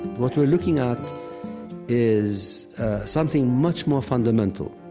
what we're looking at is something much more fundamental.